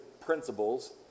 principles